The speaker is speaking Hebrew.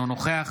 אינו נוכח